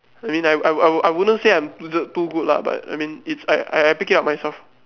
I mean like I wouldn't I wouldn't say like I'm too good lah but I mean it's like I pick it up myself